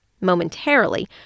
momentarily